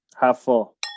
Half-full